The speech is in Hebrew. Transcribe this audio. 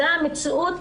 זו המציאות.